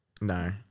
No